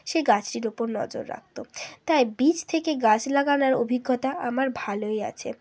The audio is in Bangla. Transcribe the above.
সে গাছটির ওপর নজর রাখত তাই বীজ থেকে গাছ লাগানোর অভিজ্ঞতা আমার ভালোই আছে